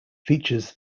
features